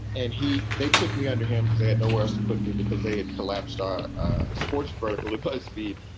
and he they put me under him because they had nowhere else to put me because they had collapsed. ah ah sports, political, buzzfeed.